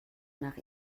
nach